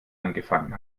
angefangen